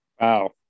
Wow